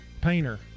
Painter